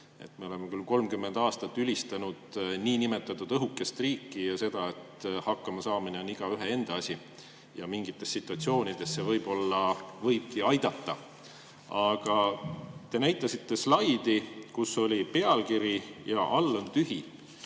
Me oleme 30 aastat ülistanud niinimetatud õhukest riiki ja seda, et hakkamasaamine on igaühe enda asi, ja mingites situatsioonides see võib-olla võibki aidata. Aga te näitasite slaidi, kus oli pealkiri